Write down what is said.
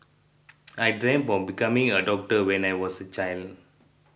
I dreamt of becoming a doctor when I was a child